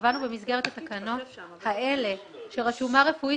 קבענו במסגרת התקנות האלה שרשומה רפואית